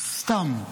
סתם.